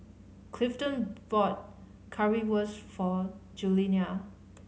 Clifton bought Currywurst for Juliana